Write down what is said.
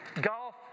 Golf